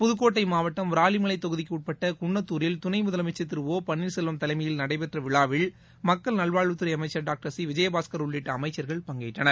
புதுக்கோட்டை மாவட்டம் விராலிமலைத் தொகுதிக்கு உட்பட்ட குள்னத்தூரில் துணை முதலமைச்சர் திரு ஒ பன்னீர்செல்வம் தலைஎமயில் நடைபெற்ற விழாவில் மக்கள் நல்வாழ்வுத்துறை அமைச்சர் டாக்டர் விஜயபாஸ்கர் உள்ளிட்ட அமைச்சர்கள் பங்கேற்றனர்